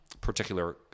particular